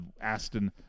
Aston